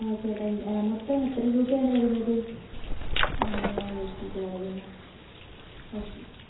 ആ ചേട്ടൻ മൊത്തം എത്ര രൂപയാണ് വരുന്നത് ആ നോക്കിട്ട് പാറയെന്നാൽ ഒക്കെ